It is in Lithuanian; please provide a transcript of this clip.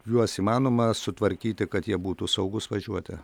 juos įmanoma sutvarkyti kad jie būtų saugūs važiuoti